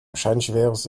wahrscheinlich